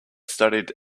studied